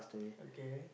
okay